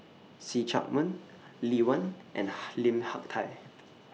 See Chak Mun Lee Wen and Lim Hak Tai